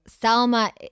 Selma